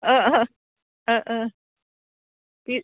बे